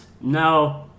No